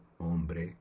hombre